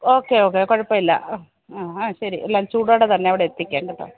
okay okay കുഴപ്പമില്ല ആ ആ ശരി എല്ലാം ചൂടോടെ തന്നെ അവിടെ എത്തിക്കാം കേട്ടോ